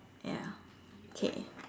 ya okay